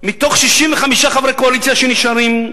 מתוך 65 חברי קואליציה שנשארים,